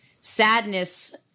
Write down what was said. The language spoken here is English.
sadness